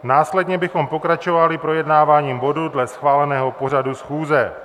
Následně bychom pokračovali projednáváním bodů dle schváleného pořadu schůze.